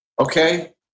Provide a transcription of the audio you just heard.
okay